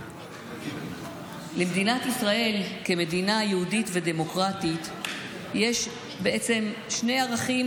למדינת ישראל כמדינה יהודית ודמוקרטית יש בעצם שני ערכים